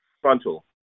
frontal